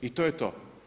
I to je to.